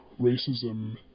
racism